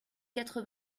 quatre